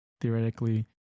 theoretically